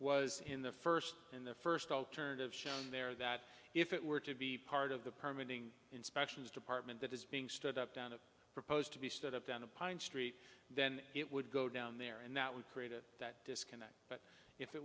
was in the first in the first alternative shown there that if it were to be part of the permit inspections department that is being stood up down the proposed to be stood up in the pine street then it would go down there and that would create a that disconnect if it